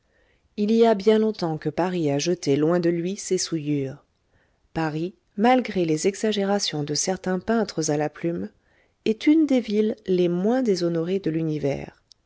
il y a bien longtemps que paris a jeté loin de lui ces souillures paris malgré les exagérations de certains peintres à la plume est une des villes les moins déshonorées de l'univers